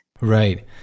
Right